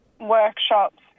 workshops